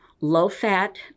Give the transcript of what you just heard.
low-fat